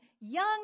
young